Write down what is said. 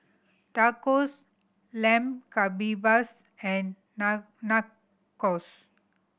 Tacos Lamb Kebabs and Nachos